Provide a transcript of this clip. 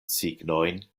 signojn